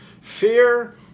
Fear